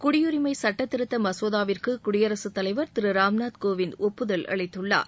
குடியுரிமை சட்டத்திருத்த மசோதாவிற்கு குடியரசுத் தலைவர் திரு ராம்நாத் கோவிந்த் ஒப்பதல் அளித்துள்ளார்